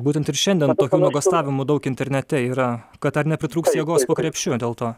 būtent ir šiandien tokių nuogąstavimų daug internete yra kad ar nepritrūks jėgos po krepšiu dėl to